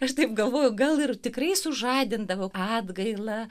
aš taip galvoju gal ir tikrai sužadindavo atgailą